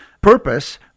purpose